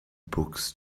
books